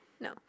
No